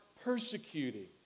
persecuting